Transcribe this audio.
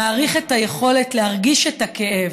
מעריך את היכולת להרגיש את הכאב.